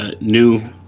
new